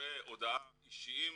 מכתבי הודעה אישיים